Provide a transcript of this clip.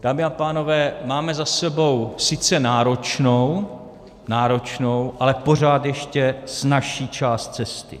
Dámy a pánové, máme za sebou sice náročnou, ale pořád ještě snazší část cesty.